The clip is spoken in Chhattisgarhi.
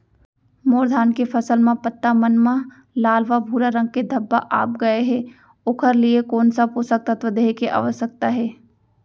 मोर धान के फसल म पत्ता मन म लाल व भूरा रंग के धब्बा आप गए हे ओखर लिए कोन स पोसक तत्व देहे के आवश्यकता हे?